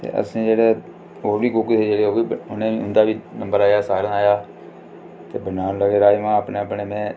ते असें जेह्ड़े ओह बी कुक हे जेह्ड़े ओह् बी उन्दा बी नम्बर आया सारें दा आया ते बनान लगे राजमां अपने अपने में